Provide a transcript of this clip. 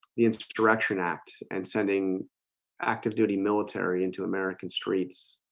the instruction act and sending active-duty military into american streets